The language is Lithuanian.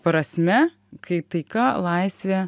prasme kai taika laisvė